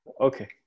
Okay